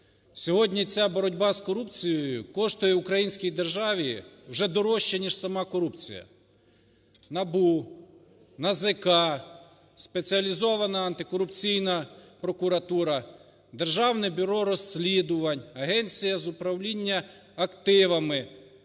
Сьогодні ця боротьба з корупцією коштує українській державі вже дорожче, ніж сама корупція. НАБУ, НАЗК, Спеціалізована антикорупційна прокуратура, Державне бюро розслідувань, Агенція з управління активами,